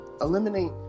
eliminate